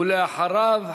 ואחריו,